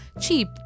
cheap